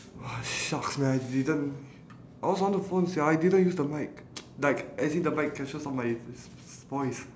!wah! shucks man I didn't I was on the phone sia I didn't use the mic like as if the mic catches all my v~ v~ voice